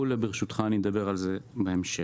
ברשותך, אני אדבר על זה בהמשך.